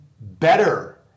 better